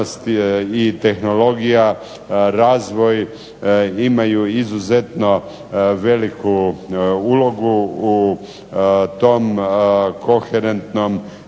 i tehnologija, razvoj imaju izuzetno veliku ulogu u tom koherentnom